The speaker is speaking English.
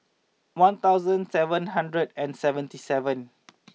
one thousand seven hundred and seventy seven